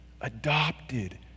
Adopted